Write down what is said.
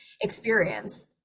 experience